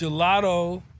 gelato